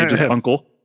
uncle